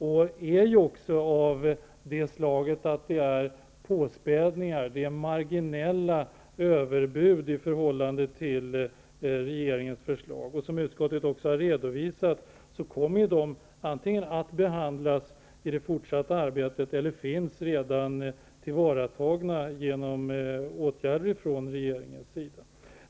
De är också av det slaget att de är påspädningar och marginella överbud i förhållande till regeringens förslag. Som utskottet har redovisat kommer de antingen att behandlas i det fortsatta arbetet eller finns redan tillvaratagna genom åtgärder från regeringens sida.